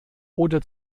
oder